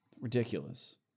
Ridiculous